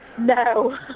no